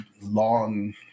long